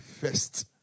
first